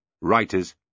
writers